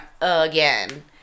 again